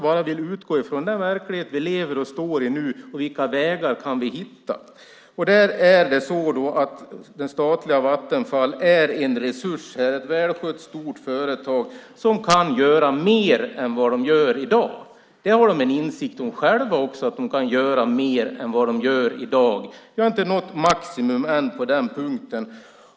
Jag utgår från den verklighet som vi nu lever och står i och ser vilka vägar vi kan hitta. Det statliga Vattenfall är en resurs. Det är ett välskött stort företag som kan göra mer än vad det gör i dag. De har också själva en insikt om att de kan göra mer än vad de gör i dag. Vi har inte nått maximum än på den punkten.